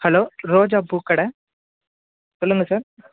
hello ரோஜா பூ கடை சொல்லுங்க சார்